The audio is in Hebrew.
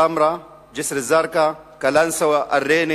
תמרה, ג'סר-א-זרקא, קלנסואה, ריינה,